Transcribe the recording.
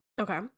Okay